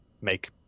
make